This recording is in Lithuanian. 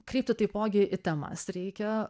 kreipti taipogi į temas reikia